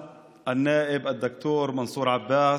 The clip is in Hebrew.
(אומר בערבית: חבר הכנסת ד"ר מנסור עבאס,)